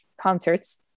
concerts